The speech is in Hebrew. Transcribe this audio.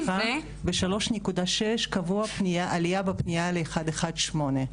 ו-3.6% קבוע עלייה בפנייה ל-118.